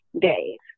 days